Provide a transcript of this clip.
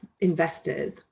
investors